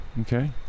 Okay